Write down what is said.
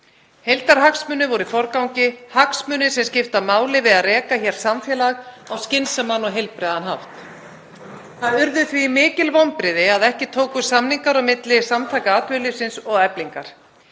Heildarhagsmunir voru í forgangi, hagsmunir sem skipta máli við að reka hér samfélag á skynsamlegan og heilbrigðan hátt. Það urðu því mikil vonbrigði að ekki tókust samningar á milli Samtaka atvinnulífsins og Eflingar.